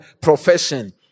profession